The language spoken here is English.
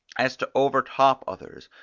as to over-top others,